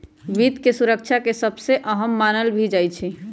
वित्त के सुरक्षा के सबसे अहम मानल भी जा हई